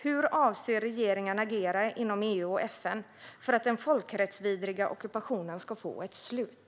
Hur avser regeringen att agera inom EU och FN för att den folkrättsvidriga ockupationen ska få ett slut?